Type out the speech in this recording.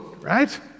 right